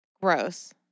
Gross